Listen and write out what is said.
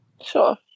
Sure